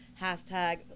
hashtag